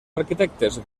arquitectes